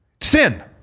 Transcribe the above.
sin